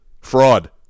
Fraud